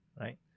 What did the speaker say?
right